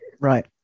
Right